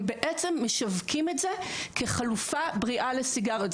הם בעצם משווקים את זה כחלופה בריאה לסיגריות.